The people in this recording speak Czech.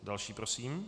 Další prosím.